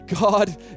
God